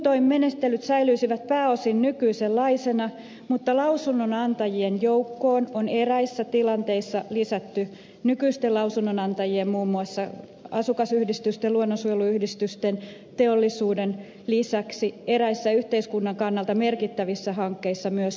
muutoin menettelyt säilyisivät pääosin nykyisenlaisina mutta lausunnonantajien joukkoon on eräissä tilanteissa lisätty nykyisten lausunnonantajien muun muassa asukasyhdistysten luonnonsuojeluyhdistysten ja teollisuuden lisäksi eräissä yhteiskunnan kannalta merkittävissä hankkeissa myös valtioneuvosto